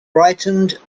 brightened